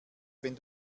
wenn